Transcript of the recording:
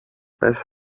πες